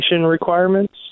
requirements